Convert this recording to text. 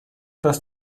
dass